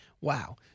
Wow